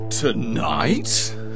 Tonight